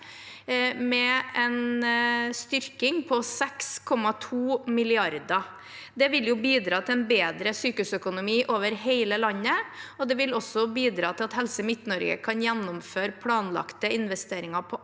med en styrking på 6,2 mrd. kr. Det vil bidra til en bedre sykehusøkonomi over hele landet, og det vil også bidra til at Helse Midt-Norge kan gjennomføre planlagte investeringer på andre